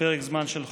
פרק זמן של חודשיים.